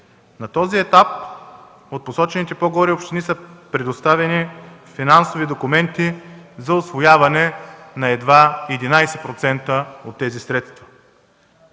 На този етап от посочените по-горе общини са предоставени финансови документи за усвояване на едва 11% от тези средства.